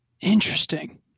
Interesting